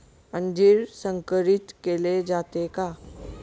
अंजीर संकरित केले जाते का?